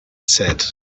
said